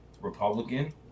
Republican